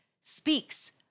speaks